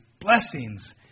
blessings